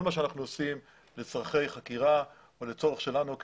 כל מה שאנחנו עושים זה לצורכי חקירה או לצורך שלנו.